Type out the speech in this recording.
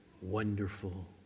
wonderful